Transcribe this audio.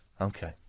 Okay